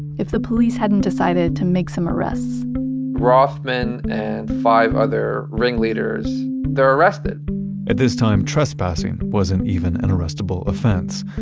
if the police hadn't decided to make some arrests rothman, and five other ringleaders, they're arrested at this time trespassing trespassing wasn't even an arrestable offense,